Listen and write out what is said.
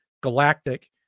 Galactic